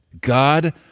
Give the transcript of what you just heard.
God